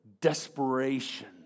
desperation